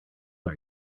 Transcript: are